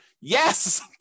Yes